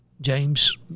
James